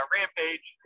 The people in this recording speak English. Rampage